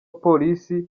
polisi